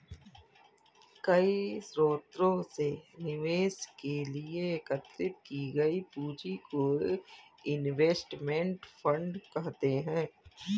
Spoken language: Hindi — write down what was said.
कई स्रोतों से निवेश के लिए एकत्रित की गई पूंजी को इनवेस्टमेंट फंड कहते हैं